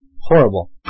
Horrible